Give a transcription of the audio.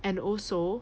and also